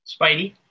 Spidey